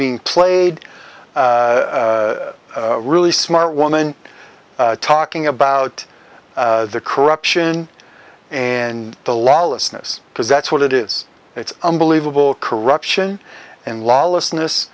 being played really smart woman talking about the corruption and the lawlessness because that's what it is it's unbelievable corruption and lawlessness